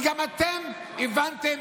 כי גם אתם הבנתם